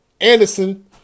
Anderson